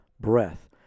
breath